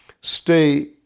stay